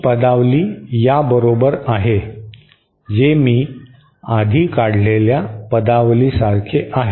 हे पदावली या बरोबर आहे जे मी आधी काढलेल्या पदावली सारखे आहे